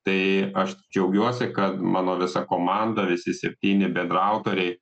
tai aš džiaugiuosi kad mano visa komanda visi septyni bendraautoriai